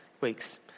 weeks